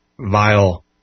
vile